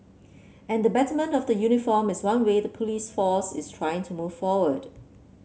and the betterment of the uniform is one way the police force is trying to move forward